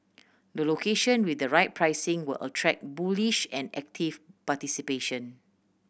the location with the right pricing will attract bullish and active participation